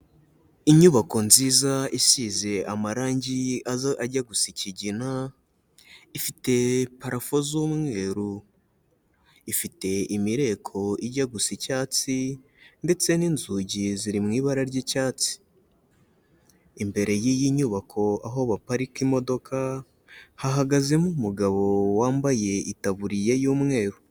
Inyubako nziza isize amarangi ajya gusa ikigina, ifite parafo z'umweru, ifite imireko ijya gu gusa icyatsi ndetse n'inzugi ziri mu ibara ry'icyatsi. Imbere y'iyi nyubako aho baparika imodoka hahagazemo umugabo wambaye itaburiye y'umweru.